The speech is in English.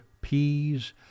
peas